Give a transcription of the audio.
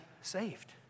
saved